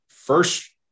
First